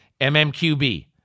MMQB